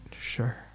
Sure